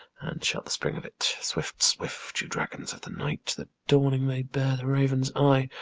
and shut the spring of it. swift, swift, you dragons of the night, that dawning may bare the raven's eye!